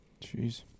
Jeez